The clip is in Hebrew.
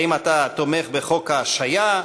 האם אתה תומך בחוק ההשעיה,